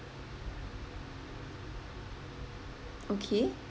okay